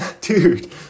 Dude